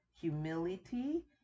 humility